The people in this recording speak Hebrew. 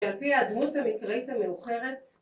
‫שלפי הדמות המקראית המאוחרת...